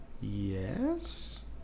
yes